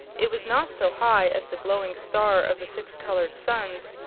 it was not so high as the glowing star of the six colored suns,